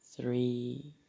three